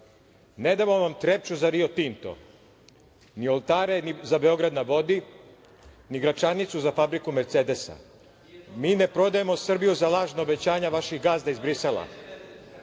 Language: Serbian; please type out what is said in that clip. ne damo vam Trepču za Rio Tinto, ni oltare za „Beograd na vodi“, ni Gračanicu za fabriku „Mercedesa“. Mi ne prodajemo Srbiju za lažna obećanja vaših gazda iz Brisala.“